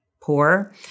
poor